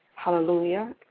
hallelujah